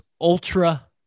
ultra